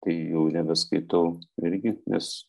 tai jų nebeskaitau irgi nes